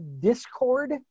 discord